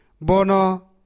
Bono